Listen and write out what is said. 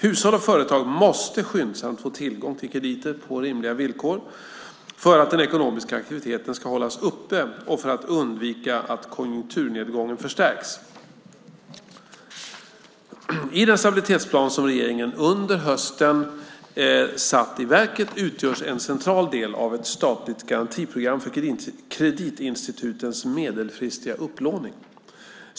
Hushåll och företag måste skyndsamt få tillgång till krediter på rimliga villkor för att den ekonomiska aktiviteten ska hållas uppe och för att undvika att konjunkturnedgången förstärks. I den stabilitetsplan som regeringen under hösten har satt i verket utgörs en central del av ett statligt garantiprogram för kreditinstitutens medelfristiga upplåning.